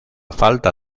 falta